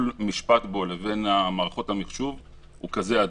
משפט בו לבין מערכות המחשוב הוא כזה הדוק.